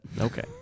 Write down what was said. Okay